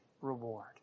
reward